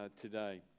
today